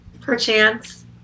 Perchance